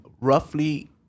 Roughly